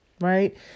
right